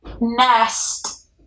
nest